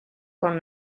con